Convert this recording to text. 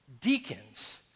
Deacons